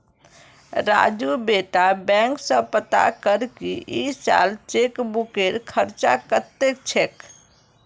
राजू बेटा बैंक स पता कर की इस साल चेकबुकेर खर्च कत्ते छेक